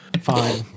Fine